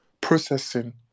processing